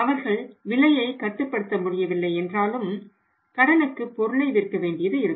அவர்கள் விலையைக் கட்டுப்படுத்த முடியவில்லை என்றாலும் கடனுக்கு பொருளை விற்க வேண்டியது இருக்கும்